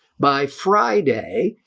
by friday,